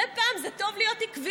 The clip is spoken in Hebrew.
מדי פעם זה טוב להיות עקביים,